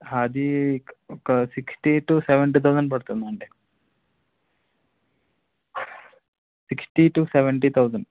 అది ఒక sixty to seventy thousand పడుతుందండి సిక్స్టీ టు సెవెంటీ థౌజండ్